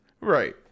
Right